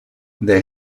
they